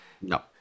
no